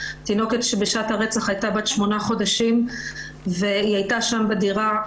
תינוקת שבשעת הרצח הייתה בת 8 חודשים והייתה שם בדירה.